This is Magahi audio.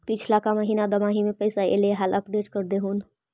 पिछला का महिना दमाहि में पैसा ऐले हाल अपडेट कर देहुन?